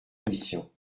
mission